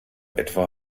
etwa